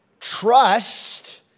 Trust